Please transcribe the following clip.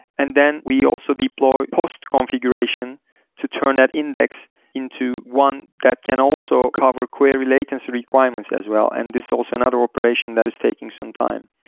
and then we also deploy post configuration to turn that index into one that can also cover query latency requirements as well, and this also another operation that is taking some time.